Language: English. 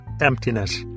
emptiness